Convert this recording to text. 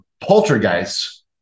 poltergeists